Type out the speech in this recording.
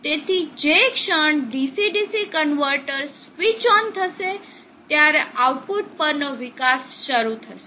તેથી જે ક્ષણ DC DC converter switch on થશે ત્યારે આઉટપુટ પર નો વિકાસ શરૂ થશે